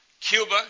Cuba